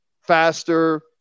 Faster